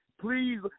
please